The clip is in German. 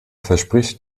verspricht